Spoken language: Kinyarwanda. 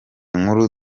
nkuru